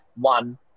One